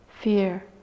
fear